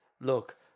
look